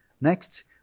next